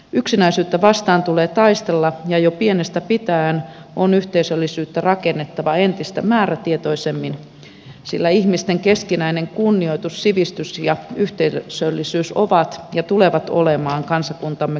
yksinäisyyttä vastaan tulee taistella ja jo pienestä pitäen on yhteisöllisyyttä rakennettava entistä määrätietoisemmin sillä ihmisten keskinäinen kunnioitus sivistys ja yhteisöllisyys ovat ja tulevat olemaan kansakuntamme kulmakiviä